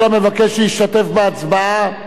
כל המבקש להשתתף בהצבעה,